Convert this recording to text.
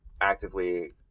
actively